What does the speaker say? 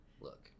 look